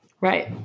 Right